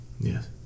Yes